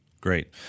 Great